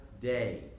day